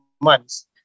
months